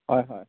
হয় হয়